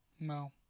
No